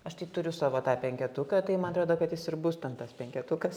aš tai turiu savo tą penketuką tai man atrodo kad jis ir bus ten tas penketukas